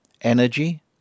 energy